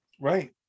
Right